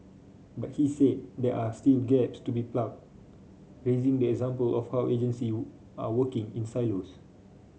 but he said there are still gaps to be plugged raising the example of how agency are working in silos